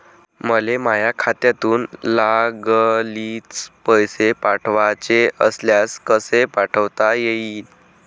मले माह्या खात्यातून लागलीच पैसे पाठवाचे असल्यास कसे पाठोता यीन?